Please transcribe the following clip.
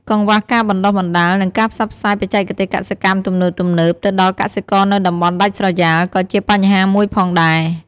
កង្វះការបណ្ដុះបណ្ដាល និងការផ្សព្វផ្សាយបច្ចេកទេសកសិកម្មទំនើបៗទៅដល់កសិករនៅតំបន់ដាច់ស្រយាលក៏ជាបញ្ហាមួយផងដែរ។